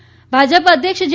નઙા ભાજપ અધ્યક્ષ જે